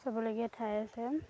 চাবলগীয়া ঠাই আছে